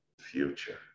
future